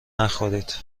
نخورید